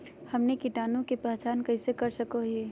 हमनी कीटाणु के पहचान कइसे कर सको हीयइ?